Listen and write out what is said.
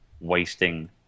wasting